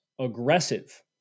aggressive